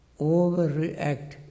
overreact